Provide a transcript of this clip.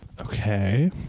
Okay